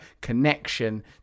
connection